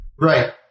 right